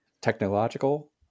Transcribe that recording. technological